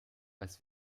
als